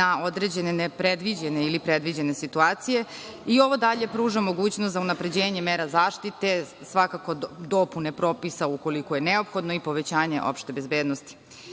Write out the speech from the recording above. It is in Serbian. na određene nepredviđene ili predviđene situacije i ovo dalje pruža mogućnost za unapređenje mera zaštite, svakako dopune propisa ukoliko je neophodno i povećanje opšte bezbednosti. Upravo